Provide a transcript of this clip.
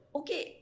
okay